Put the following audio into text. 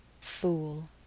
Fool